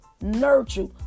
nurture